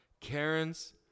Karens